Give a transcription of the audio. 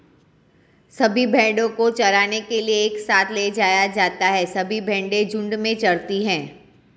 सभी भेड़ों को चराने के लिए एक साथ ले जाया जाता है सभी भेड़ें झुंड में चरती है